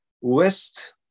west